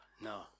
No